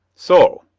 so.